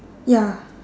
ya